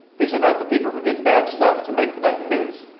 these are not the people who did bad stuff to make the nightly news.